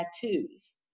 tattoos